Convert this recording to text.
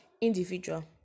individual